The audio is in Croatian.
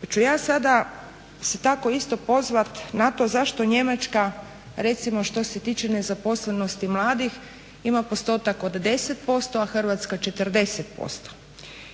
Pa ću ja sada se tako isto pozvati na to zašto Njemačka recimo što se tiče nezaposlenosti mladih ima postotak od 10%, a Hrvatska 40%